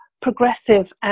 progressive